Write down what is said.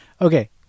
Okay